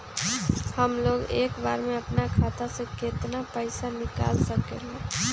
हमलोग एक बार में अपना खाता से केतना पैसा निकाल सकेला?